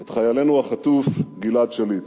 את חיילנו החטוף גלעד שליט.